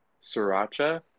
Sriracha